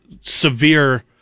severe